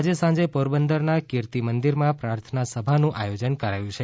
આજે સાંજે પોરબંદરના કિર્તી મંદીરમાં પ્રાર્થના સભાનું આયોજન કરાયું છે